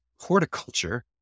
horticulture